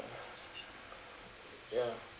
ya